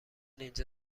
اینجا